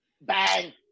bang